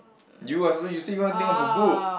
you are supposed you said one thing about book